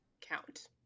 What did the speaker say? count